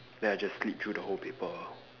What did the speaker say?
then I just sleep through the whole paper